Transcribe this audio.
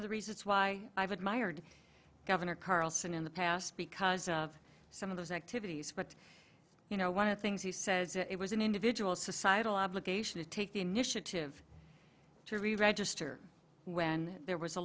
of the reasons why i've admired governor carlson in the past because of some of those activities but you know one of the things he says it was an individual societal obligation to take the initiative to reregister when there was a